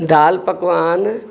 दाल पकवान